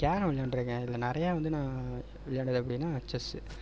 carrom விளையாண்டுருக்கேன் இதில் நிறையா வந்து நான் விளையாண்டது அப்படின்னா செஸ்ஸு